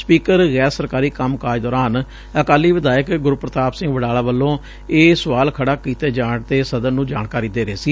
speaker ਗੈਰ ਸਰਕਾਰੀ ਕੰਮ ਕਾਜ ਦੌਰਾਨ ਅਕਾਲੀ ਵਿਧਾਇਕ ਗੁਰਪ੍ਰਤਾਪ ਸਿੰਘ ਵਡਾਲਾ ਵੱਲੋਂ ਇਹ ਸੁਆਲ ਖੜਾ ਕੀਤੇ ਜਾਣ ਤੇ ਸਦਨ ਨੂੰ ਜਾਣਕਾਰੀ ਦੇ ਰਹੇ ਸੀ